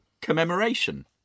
commemoration